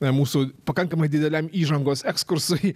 na mūsų pakankamai dideliam įžangos ekskursui